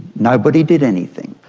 nobody did anything.